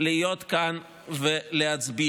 להיות כאן ולהצביע.